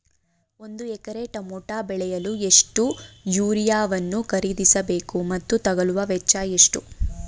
ಒಂದು ಎಕರೆ ಟಮೋಟ ಬೆಳೆಯಲು ಎಷ್ಟು ಯೂರಿಯಾವನ್ನು ಖರೀದಿಸ ಬೇಕು ಮತ್ತು ತಗಲುವ ವೆಚ್ಚ ಎಷ್ಟು?